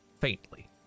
faintly